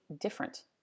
different